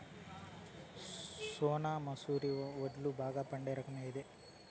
సోనా మసూర వడ్లు బాగా పండే రకం ఏది